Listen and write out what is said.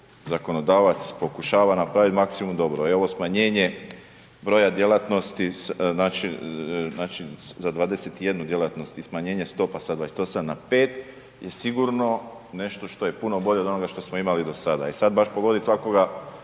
zakonodavac pokušava napraviti maksimum dobro. Evo smanjenje broja djelatnosti znači za 21 djelatnosti smanjenje stopa sa 28 na 5 je sigurno nešto što je puno bolje od onoga što smo imali do sada. I sada baš pogoditi svakoga